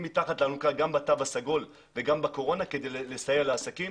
מתחת לאלונקה גם בתו הסגול וגם בקורונה כדי לסייע לעסקים.